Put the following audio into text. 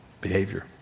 behavior